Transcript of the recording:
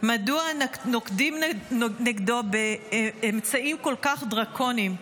מדוע נוקטים נגדו אמצעים כל כך דרקוניים.